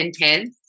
intense